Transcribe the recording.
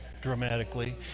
dramatically